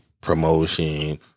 promotion